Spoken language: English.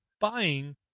buying